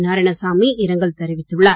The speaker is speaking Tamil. நாராயணசாமி இரங்கல் தெரிவித்துள்ளார்